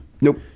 Nope